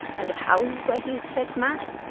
and of houses where he had said mass,